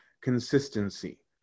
consistency